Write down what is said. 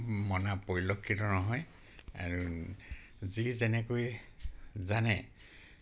মনা পৰিলক্ষিত নহয় আৰু যি যেনেকৈ জানে